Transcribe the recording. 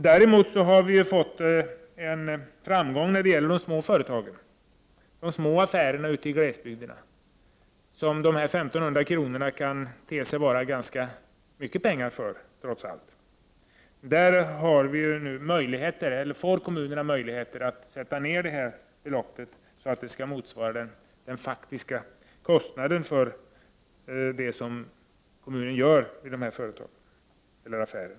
Vi har däremot fått en framgång när det gäller de små företagen. För de små affärerna ute i glesbygderna kan dessa 1 500 kr. trots allt te sig som ganska mycket pengar. Kommunerna får nu möjligheter att sätta ned beloppet så att det motsvarar den faktiska kostnaden för det som kommunen utför för dessa företag eller affärer.